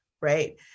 right